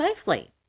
safely